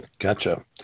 Gotcha